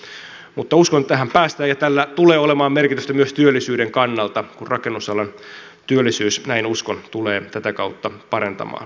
mutta uskon että tähän päästään ja tällä tulee olemaan merkitystä myös työllisyyden kannalta kun rakennusalan työllisyys näin uskon tulee tätä kautta paranemaan